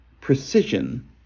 precision